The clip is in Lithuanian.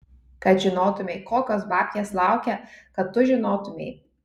kad žinotumei kokios babkės laukia kad tu žinotumei